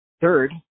Third